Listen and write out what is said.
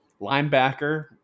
linebacker